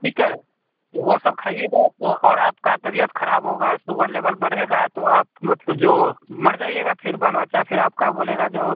ठीक है तो वह सब खाईएगा तो और आपका तबियत ख़राब होगा सुगर लेवल बढ़ेगा तो आप मतलब जो मर जाईएगा फिर बाल बच्चा फिर आपका बोलेगा जो